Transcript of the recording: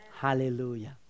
Hallelujah